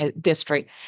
district